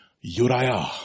Uriah